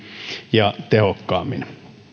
ja tehokkaammin